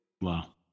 Wow